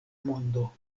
mondo